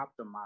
optimize